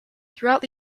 throughout